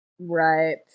Right